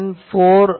494